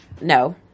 No